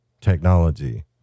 technology